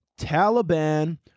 Taliban